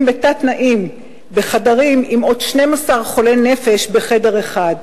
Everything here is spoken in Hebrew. בתת-תנאים עם עוד 12 חולי נפש בחדר אחד,